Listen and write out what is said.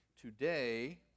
today